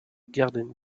garden